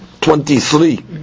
twenty-three